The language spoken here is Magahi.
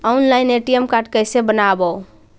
ऑनलाइन ए.टी.एम कार्ड कैसे बनाबौ?